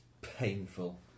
painful